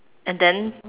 and then